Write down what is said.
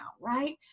right